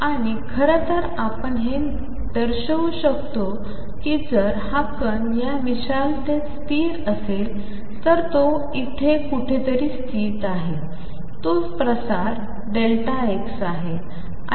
आणि खरं तर आपण हे दर्शवू शकतो की जर हा कण या विशालतेत स्थित असेल तर तो येथे कुठेतरी स्थित आहे तो प्रसार Δx आहे